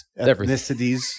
ethnicities